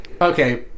Okay